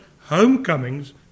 homecomings